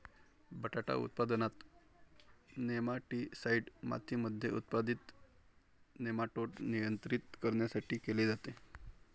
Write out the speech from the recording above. बटाटा उत्पादनात, नेमाटीसाईड मातीमध्ये उत्पादित नेमाटोड नियंत्रित करण्यासाठी केले जाते